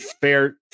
fair